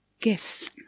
gifts